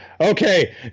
Okay